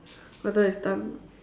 whether it's done